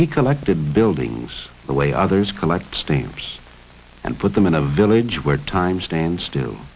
he collected buildings the way others collect stamps and put them in a village where time stands